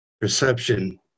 perception